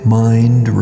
mind